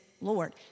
Lord